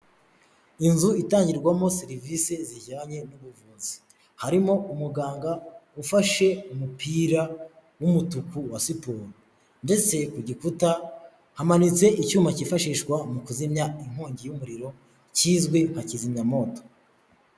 Inzu itangirwamo serivise zijyanye n'ubuvuzi. Harimo umuganga ufashe umupira w'umutuku, wa siporo. Ndetse ku gikuta hamanitse icyuma cyifashishwa mu kuzimya inkongi y'umuriro, kizwi nka kizimyamoto.